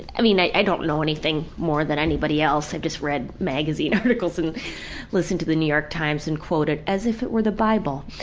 i mean, i don't know anything more than anybody else. i've just read magazine articles and listened to the new york times and quote it as if it were the bible.